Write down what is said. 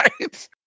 right